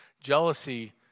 Jealousy